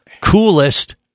coolest